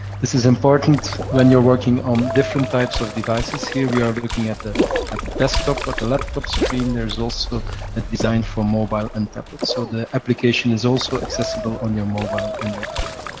this is important when you're working on different types of devices. here, we are looking at the at the desktop or the laptop screen there is also a design for mobile and tablet. so, the application is also accessible on your mobile and your tablet.